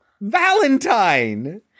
Valentine